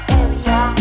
area